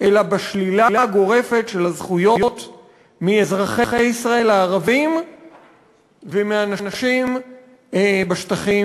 אלא בשלילה הגורפת של הזכויות מאזרחי ישראל הערבים ומאנשים בשטחים